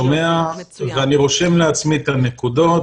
שומע ואני רושם לעצמי את הנקודות